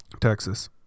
Texas